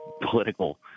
political